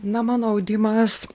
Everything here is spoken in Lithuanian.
na mano audimas